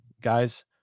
guys